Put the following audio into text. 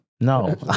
no